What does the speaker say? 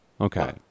Okay